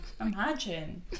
imagine